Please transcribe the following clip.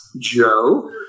Joe